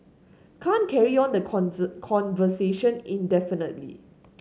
can't carry on the conversation indefinitely